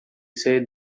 said